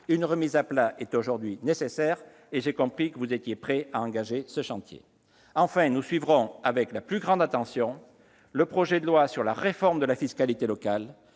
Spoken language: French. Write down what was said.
Une remise à plat est aujourd'hui nécessaire et j'ai compris que le Gouvernement était prêt à engager ce chantier. Enfin, nous suivrons avec la plus grande attention le projet de loi sur la réforme de la fiscalité locale,